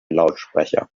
lautsprecher